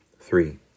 Three